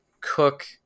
Cook